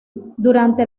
durante